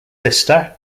sister